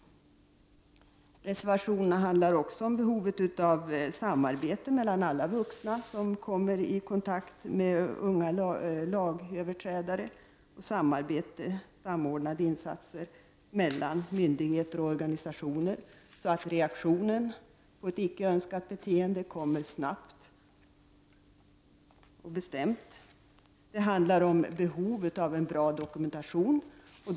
Reservationen handlar även om behovet av samarbete mellan alla vuxna som kommer i kontakt med unga lagöverträdare — samarbete och samordnade insatser mellan myndigheter och organisationer — så att reaktionen på ett icke önskat beteende sker snabbt och bestämt. Det handlar om behov av en bra dokumentation.